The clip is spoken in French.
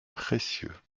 précieux